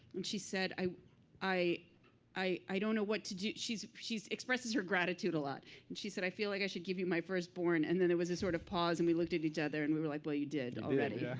and she said, i i don't know what to do. she so expresses her gratitude a lot. and she said, i feel like i should give you my first born. and then there was this sort of pause and we looked at each other, and we were like, well, you did already. yeah